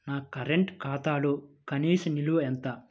నా కరెంట్ ఖాతాలో కనీస నిల్వ ఎంత?